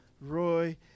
Roy